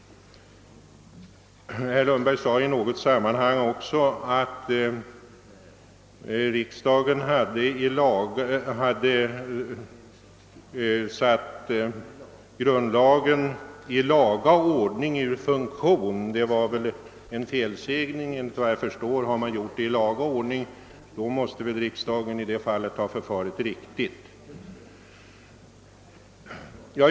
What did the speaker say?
Herr Lundberg sade i något sammanhang, att riksdagen hade satt grundlagen i laga ordning ur funktion. Det var väl en felsägning. Om riksdagen gjort detta i laga ordning, då har väl också riksdagen förfarit riktigt.